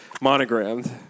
monogrammed